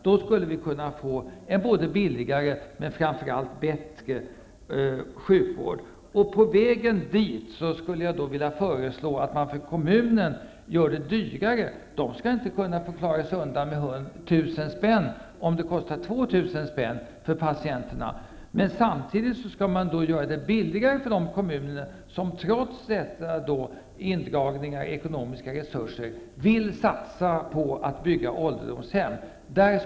Då skulle vi kunna få en både billigare och framför allt bättre sjukvård. På vägen dit skulle jag vilja föreslå att man gör det dyrare för kommunen. Kommunen skall inte kunna klara sig undan med 1 000 kr. om det kostar 2 000 kr. för patienterna. Samtidigt bör man göra det billigare för de kommuner som trots dessa indragningar av ekonomiska resurser vill satsa på att bygga ålderdomshem.